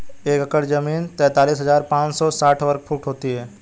एक एकड़ जमीन तैंतालीस हजार पांच सौ साठ वर्ग फुट होती है